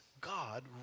God